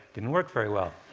didn't work very well.